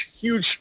huge